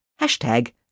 Hashtag